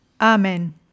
Amen